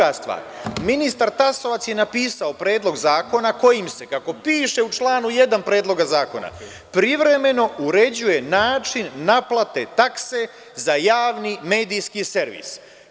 Druga stvar, ministar Tasovac je napisao predlog zakona kojim se, kako piše u članu 1. Predloga zakona, privremeno uređuje način naplate takse za javni medijski servis.